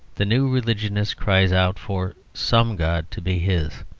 the new religionist cries out for some god to be his.